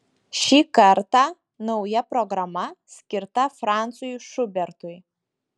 šį kartą nauja programa skirta francui šubertui